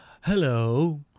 Hello